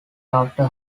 after